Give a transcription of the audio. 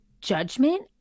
judgment